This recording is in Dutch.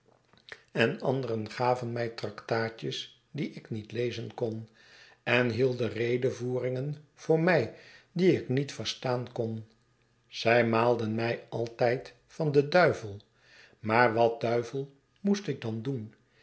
en anderen gaven mij traktaatjes die ik niet lezen kon en hielden redevoeringen voor mij die ik niet verstaan kon zij maalden mij altijd van den duivel maar wat duivel moest ik dan doen